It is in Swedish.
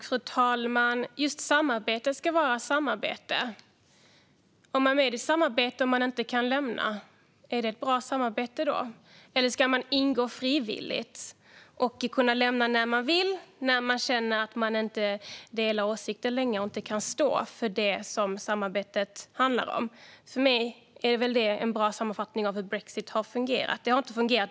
Fru talman! Samarbete ska vara just samarbete. Om man är med i ett samarbete som man inte kan lämna, är det ett bra samarbete då? Eller ska man ingå ett samarbete frivilligt och kunna lämna det när man vill, när man känner att man inte delar åsikter med andra och inte längre kan stå för det som samarbetet handlar om? För mig är det en bra sammanfattning av hur brexit har fungerat. Brexit har inte fungerat.